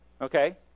Okay